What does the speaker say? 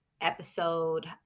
episode